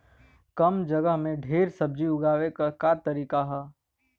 कम जगह में ढेर सब्जी उगावे क का तरीका ह?